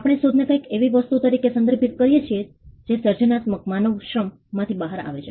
આપણે શોધને કંઈક એવી વસ્તુ તરીકે સંદર્ભિત કરીએ છીએ જે સર્જનાત્મક માનવ શ્રમમાંથી બહાર આવે છે